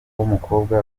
w’umukobwa